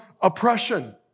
oppression